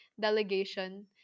delegation